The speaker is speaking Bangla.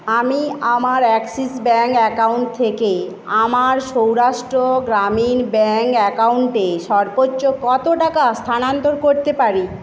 আমি আমার অ্যাক্সিস ব্যাংক অ্যাকাউন্ট থেকে আমার সৌরাষ্ট্র গ্রামীণ ব্যাংক অ্যাকাউন্টে সর্বোচ্চ কত টাকা স্থানান্তর করতে পারি